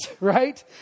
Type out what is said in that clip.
right